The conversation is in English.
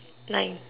nine